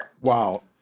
Wow